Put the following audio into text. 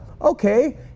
Okay